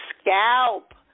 scalp